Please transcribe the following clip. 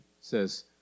says